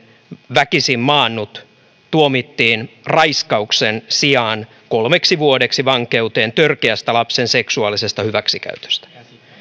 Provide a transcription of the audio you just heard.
väkisinmaannut tuomittiin raiskauksen sijaan kolmeksi vuodeksi vankeuteen törkeästä lapsen seksuaalisesta hyväksikäytöstä